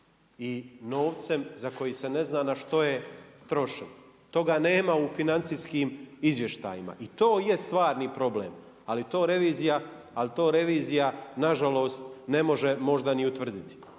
i novcem za koji se ne zna na što je trošen. Toga nema u financijskim izvještajima i to je stvarni problem, ali to revizija na žalost ne može možda ni utvrditi.